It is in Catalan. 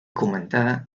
comentada